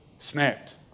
Snapped